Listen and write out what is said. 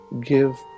give